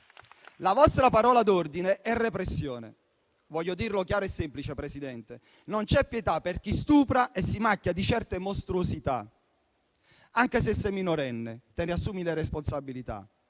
La vostra parola d'ordine è repressione. Voglio dirlo chiaro e semplice, Presidente: non c'è pietà per chi stupra e si macchia di certe mostruosità. Anche se sei minorenne, te ne assumi le responsabilità.